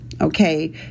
okay